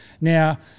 now